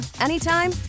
anytime